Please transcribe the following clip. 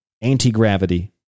Anti-gravity